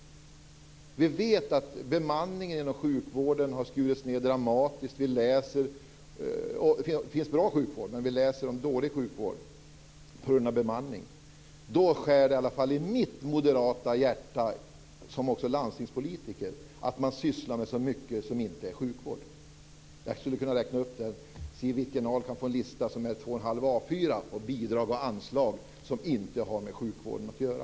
Vi vet att bemanningen inom sjukvården har skurits ned dramatiskt. Det finns bra sjukvård, men vi läser om dålig sjukvård och underbemanning. Och då skär det i alla fall i mitt moderata hjärta och i mig som landstingspolitiker. Man sysslar med så mycket som inte är sjukvård. Siw Wittgren-Ahl kan få en lista som är två och en halv A4-sidor lång på bidrag och anslag som inte har med sjukvården att göra.